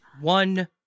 One